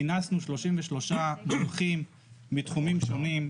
כינסנו 33 מומחים מתחומים שונים,